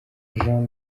jean